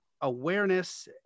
awareness